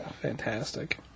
fantastic